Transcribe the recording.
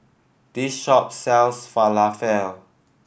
this shop sells Falafel